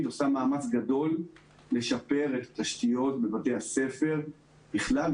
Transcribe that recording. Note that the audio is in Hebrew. עושה מאמץ גדול לשפר את התשתיות בבתי הספר בכלל,